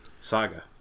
saga